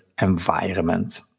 environment